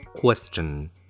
Question